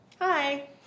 Hi